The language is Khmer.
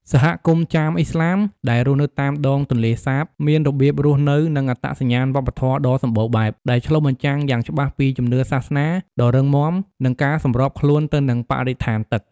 សហគមន៍ ចាមឥស្លាម ដែលរស់នៅតាមដងទន្លេសាបមានរបៀបរស់នៅ និងអត្តសញ្ញាណវប្បធម៌ដ៏សម្បូរបែប ដែលឆ្លុះបញ្ចាំងយ៉ាងច្បាស់ពី ជំនឿសាសនា ដ៏រឹងមាំ និង ការសម្របខ្លួនទៅនឹងបរិស្ថានទឹក។